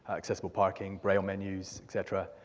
accessible parking, braille menus, et cetera.